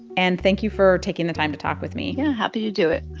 and thank you for taking the time to talk with me yeah happy to do it